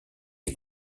est